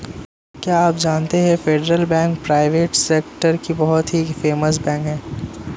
क्या आप जानते है फेडरल बैंक प्राइवेट सेक्टर की बहुत ही फेमस बैंक है?